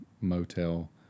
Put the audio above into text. motel